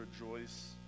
rejoice